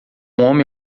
homem